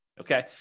Okay